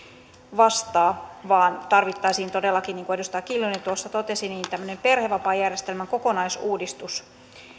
vastaa vaan tarvittaisiin todellakin niin kuin edustaja kiljunen totesi tämmöinen perhevapaajärjestelmän kokonaisuudistus